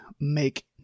Make